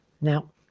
Now